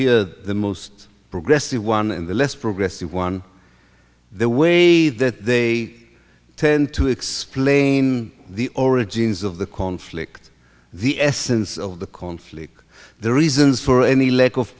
hear the most progressive one in the less progressive one the way that they tend to explain the origins of the conflict the essence of the conflict the reasons for any le